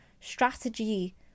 strategy